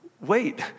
wait